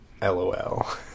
LOL